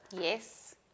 Yes